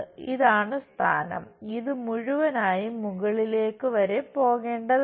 ഇതാണ് സ്ഥാനം ഇത് മുഴുവനായും മുകളിലേക്ക് വരെ പോകേണ്ടതാണ്